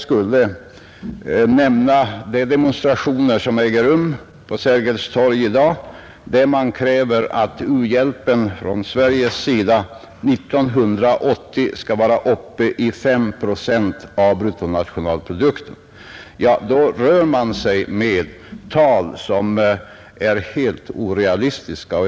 I de demonstrationer som äger rum på Sergels torg i dag kräver man att Sveriges u-hjälp år 1980 skall vara uppe i fem procent av bruttonationalprodukten. Då rör man sig med tal som är helt orealistiska.